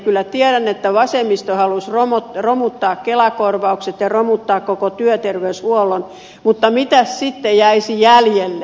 kyllä tiedän että vasemmisto haluaisi romuttaa kelakorvaukset ja romuttaa koko työterveyshuollon mutta mitäs sitten jäisi jäljelle